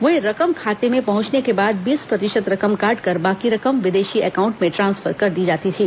वहीं रकम खाते में पहुंचने के बाद बीस प्रतिशत रकम काटकर बाकी रकम विदेशी अकाउंट में ट्रांसफर कर दी जाती थी